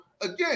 again